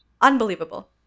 unbelievable